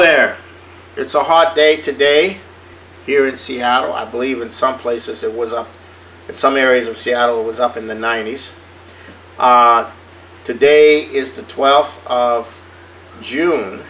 there it's a hot day today here in seattle i believe in some places it was some areas of seattle was up in the ninety's today is the th of june